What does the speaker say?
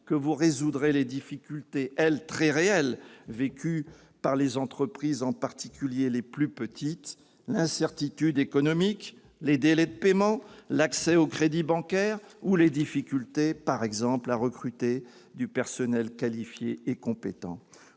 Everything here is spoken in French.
que vous résoudrez les difficultés, quant à elles très réelles, vécues par les entreprises, en particulier, les plus petites : l'incertitude économique, les délais de paiement, l'accès au crédit bancaire ou les difficultés à recruter du personnel qualifié et compétent.